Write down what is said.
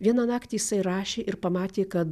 vieną naktį jisai rašė ir pamatė kad